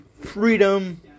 freedom